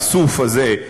האיסוף הזה,